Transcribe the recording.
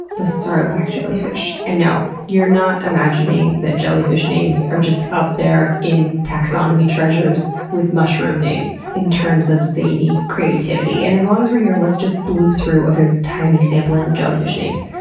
the sarlacc jellyfish. and no, you're not imagining that jellyfish names are just up there in taxonomy treasures with mushrooms names in terms of zany creativity. and as long as were here let's just bloop through a tiny sampling of jellyfish names.